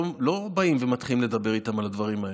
באים ומתחילים לדבר איתם על הדברים האלה.